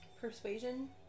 Persuasion